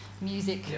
music